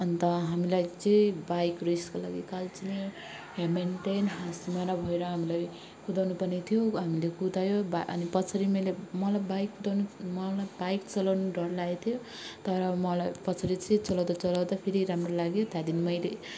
अन्त हामीलाई चाहिँ बाइक रेसको लागि कालचिनी हेमिल्टन हासीमारा भएर हामीलाई कुदाउनु पर्ने थियो हामीले कुदायो बा अनि पछाडि मैले मलाई बाइक कुदाउनु मलाई बाइक चलाउनु डर लागेको थियो तर मलाई पछाडि चाहिँ चलाउँदा चलाउँदै फेरि राम्रो लाग्यो त्यहाँदेखि मैले